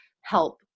help